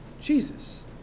Jesus